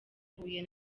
huye